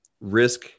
risk